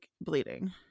bleeding